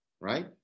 right